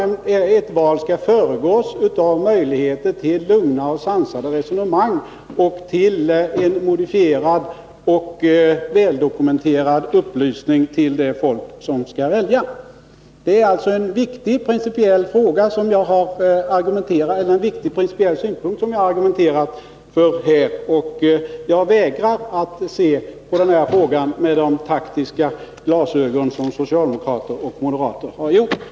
Ett val skall föregås av möjligheter till lugna och sansade resonemang och till en modifierad och väldokumenterad upplysning till de människor som skall välja. Det är alltså en viktig principiell synpunkt som jag har argumenterat för här. Jag vägrar att se på denna fråga genom de taktiska glasögon som socialdemokrater och moderater har tagit på sig.